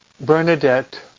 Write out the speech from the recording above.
Bernadette